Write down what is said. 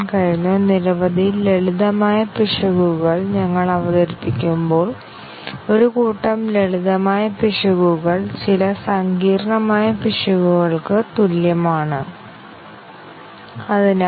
അതിനാൽ അടിസ്ഥാന ആശയങ്ങൾ ഒഴികെ ഞങ്ങൾ ഇതുവരെ ഫോൾട്ട് അടിസ്ഥാനമാക്കിയുള്ള ടെസ്റ്റിംഗ് ടെക്നിക്കുകളൊന്നും നോക്കിയിട്ടില്ല